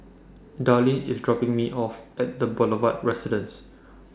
Darline IS dropping Me off At The Boulevard Residence